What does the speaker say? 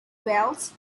wells